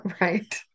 right